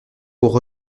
pour